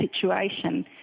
situation